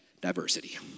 diversity